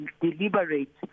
deliberate